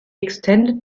extended